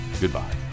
Goodbye